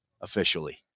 officially